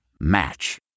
Match